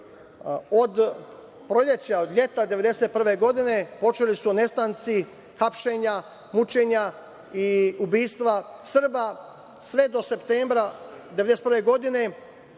Od proleća, leta 1991. godine počeli su nestanci, hapšenja, mučenja i ubistva Srba, sve do septembra 1991. godine,